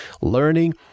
learning